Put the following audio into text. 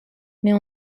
mais